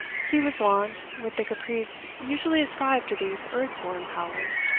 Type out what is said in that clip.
he was wont, with the caprice usually ascribed to these earth-born powers,